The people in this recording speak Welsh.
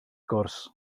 gwrs